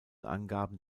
angaben